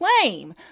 claim